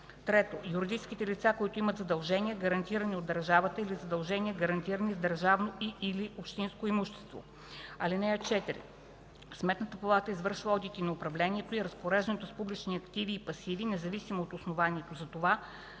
3. юридическите лица, които имат задължения, гарантирани от държавата, или задължения, гарантирани с държавно и/или общинско имущество. (4) Сметната палата извършва одити на управлението и разпореждането с публични активи и пасиви независимо от основанието за това